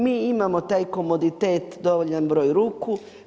Mi imamo taj komoditet, dovoljan broj ruku.